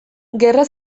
gerra